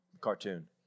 cartoon